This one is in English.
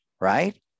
Right